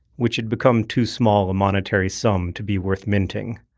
which had become too small a monetary sum to be worth minting.